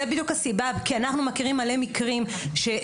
זאת בדיוק הסיבה כי אנחנו מכירים הרבה מקרים שמואשמות